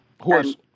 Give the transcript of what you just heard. horse